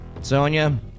Sonia